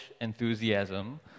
enthusiasm